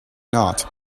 not